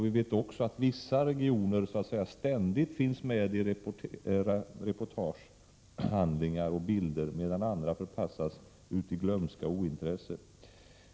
Vi vet också att vissa regioner så att säga ständigt finns med i reportagehandlingar och bilder, medan andra förpassas till glömska och ointresse.